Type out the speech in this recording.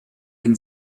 can